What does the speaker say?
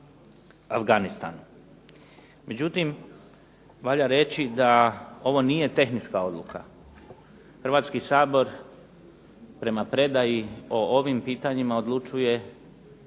Međutim, valja reći da ovo nije tehnička odluka. Hrvatski sabor prema predaji o ovim pitanjima odlučuje još